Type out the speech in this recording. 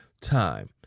time